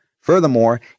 Furthermore